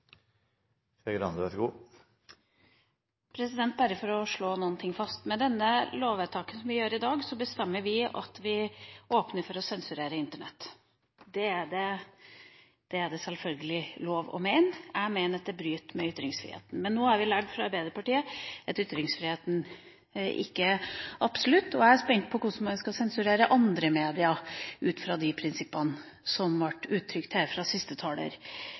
Bare for å slå det fast: Med dette lovvedtaket som vi vedtar i dag, bestemmer vi at vi åpner for å sensurere Internett. Det er det sjølsagt lov å mene. Jeg mener at det bryter med ytringsfriheten. Men nå har vi lært fra Arbeiderpartiet at ytringsfriheten ikke er absolutt, og jeg er spent på hvordan man skal sensurere andre medier ut fra de prinsippene som ble uttrykt her fra siste taler